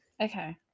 okay